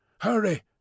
Hurry